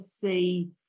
see